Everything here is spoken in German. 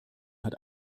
hat